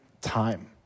time